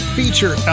feature